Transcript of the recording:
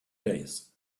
days